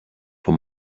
for